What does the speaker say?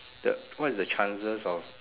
the what is the chances of